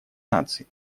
наций